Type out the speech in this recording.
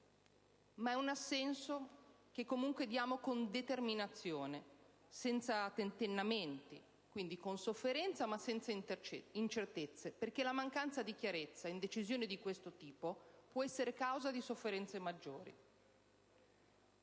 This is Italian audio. Ma è un assenso che comunque diamo con determinazione, senza tentennamenti; quindi con sofferenza, ma senza incertezze, perché la mancanza di chiarezza in decisioni di questo tipo può essere causa di sofferenze maggiori.